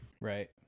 Right